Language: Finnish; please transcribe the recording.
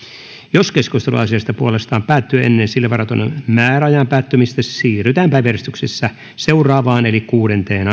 jos keskustelu asiasta puolestaan päättyy ennen sille varatun määräajan päättymistä siirrytään päiväjärjestyksen seuraavaan kuudenteen